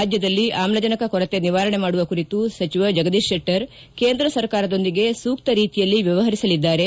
ರಾಜ್ಯದಲ್ಲಿ ಆಮ್ಲಜನಕ ಕೊರತೆ ನಿವಾರಣೆ ಮಾಡುವ ಕುರಿತು ಸಚಿವ ಜಗದೀಶ್ ಶೆಟ್ಟರ್ ಕೇಂದ್ರ ಸರ್ಕಾರದೊಂದಿಗೆ ಸೂಕ್ತ ರೀತಿಯಲ್ಲಿ ವ್ಯವಪರಿಸಲಿದ್ದಾರೆ